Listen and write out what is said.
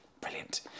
brilliant